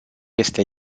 este